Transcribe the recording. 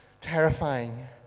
terrifying